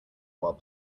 while